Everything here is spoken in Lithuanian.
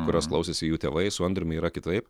kurios klausėsi jų tėvai su andriumi yra kitaip